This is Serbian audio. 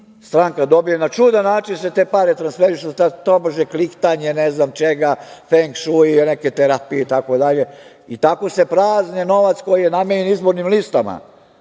stranka dobije, na čudan način se te pare transferišu. Sad tobože kliktanjem ne znam čega, feng šui, neke terapije itd. i tako se prazni novac koji je namenjen izbornim listama,